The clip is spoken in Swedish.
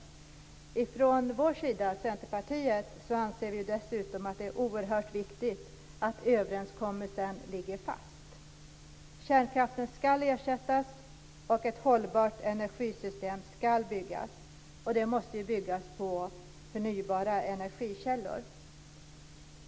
Vi i Centerpartiet anser att det är oerhört viktigt att överenskommelsen ligger fast. Kärnkraften ska ersättas och ett hållbart energisystem ska byggas. Det måste byggas på förnybara energikällor.